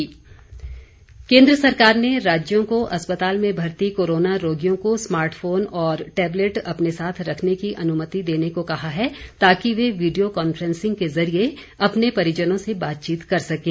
corona smartphone केंद्र सरकार ने राज्यों को अस्पताल में भर्ती कोरोना रोगियों को स्मार्टफोन और टेबलेट अपने साथ रखने की अनुमति देने को कहा है ताकि वे वीडियो कॉन्फ्रेंसिंग के जरिए अपने परिजनों से बातचीत कर सकें